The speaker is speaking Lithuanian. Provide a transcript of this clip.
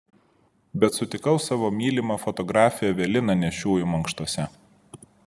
bet sutikau savo mylimą fotografę eveliną nėščiųjų mankštose